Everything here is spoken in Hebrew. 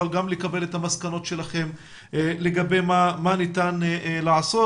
גם לקבל את המסקנות שלכם לגבי מה ניתן לעשות,